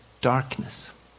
darkness